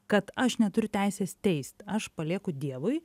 kad aš neturiu teisės teist aš palieku dievui